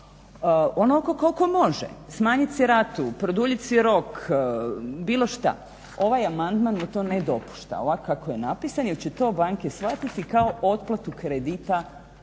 koliko može. Smanjit si ratu, produljit si rok, bilo što. Ovaj amandman mu to ne dopušta. Ovako kako je napisan jer će to banke shvatiti kao otplatu kredita u